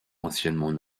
anciennement